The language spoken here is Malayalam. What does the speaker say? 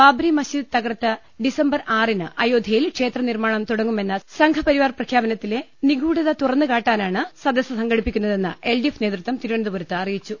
ബാബറി മസ്ജിദ് തകർത്ത ഡിസംബർ ആറിന് അയോധ്യയിൽ ക്ഷേത്ര നിർമ്മാണം തുടങ്ങുമെന്ന സംഘപരിവാർ പ്രഖ്യാപനത്തിലെ നിഗൂഡത തുറുന്നു കാട്ടാനാണ് സദസ് സംഘടിപ്പിക്കുന്നതെന്ന് എൽഡിഎഫ് നേതൃത്വം തിരുവനന്തപുരത്ത് അറിയിച്ചു